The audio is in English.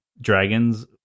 dragons